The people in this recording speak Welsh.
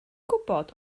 gwybod